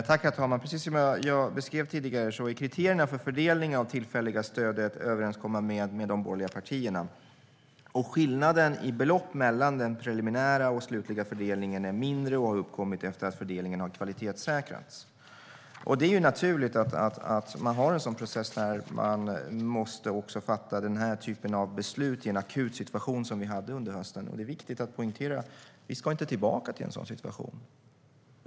Herr talman! Precis som jag beskrev tidigare är kriterierna för fördelning av det tillfälliga stödet överenskomna med de borgerliga partierna. Skillnaden i belopp mellan den preliminära och slutliga fördelningen är mindre och har uppkommit efter att fördelningen har kvalitetssäkrats. Det är naturligt att man har en sådan process när man måste fatta den här typen av beslut i en sådan akut situation som vi hade under hösten. Det är viktigt att poängtera att vi inte ska tillbaka till en sådan situation.